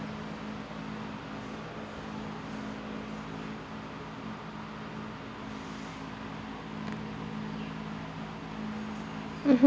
mmhmm